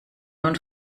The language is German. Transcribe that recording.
nun